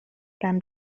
beim